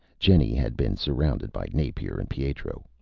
jenny had been surrounded by napier and pietro.